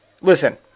Listen